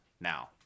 now